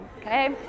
okay